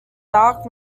dark